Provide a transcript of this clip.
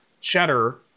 cheddar